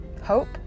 Hope